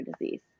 disease